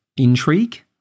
Intrigue